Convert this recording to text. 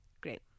Great